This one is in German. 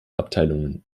abteilungen